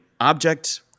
object